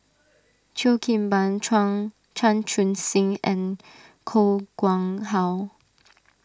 Cheo Kim Ban Chuan Chan Chun Sing and Koh Nguang How